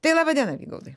tai laba diena vygaudai